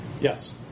Yes